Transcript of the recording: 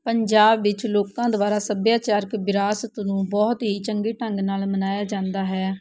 ਪੰਜਾਬ ਵਿੱਚ ਲੋਕਾਂ ਦੁਆਰਾ ਸੱਭਿਆਚਾਰਕ ਵਿਰਾਸਤ ਨੂੰ ਬਹੁਤ ਹੀ ਚੰਗੇ ਢੰਗ ਨਾਲ ਮਨਾਇਆ ਜਾਂਦਾ ਹੈ